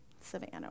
Savannah